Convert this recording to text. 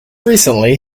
recently